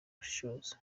gushishoza